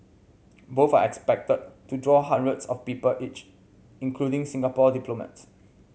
both are expected to draw hundreds of people each including Singapore diplomats